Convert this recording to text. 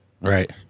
Right